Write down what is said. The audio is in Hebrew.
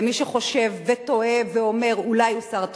למי שחושב ותוהה ואומר: אולי הוא שר תורן.